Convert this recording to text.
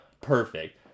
perfect